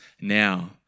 now